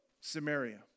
Samaria